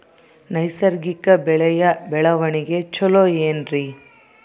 ನೈಸರ್ಗಿಕ ಬೆಳೆಯ ಬೆಳವಣಿಗೆ ಚೊಲೊ ಏನ್ರಿ?